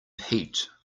peat